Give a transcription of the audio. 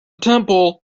temple